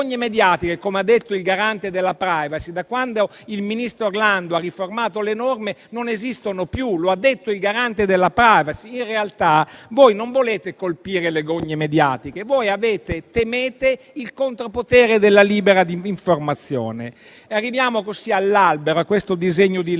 come ha detto il Garante della *privacy* - da quando il ministro Orlando ha riformato le norme, non esistono più. In realtà, voi non volete colpire le gogne mediatiche: voi temete il contropotere della libera informazione. Arriviamo così, all'albero, al disegno di legge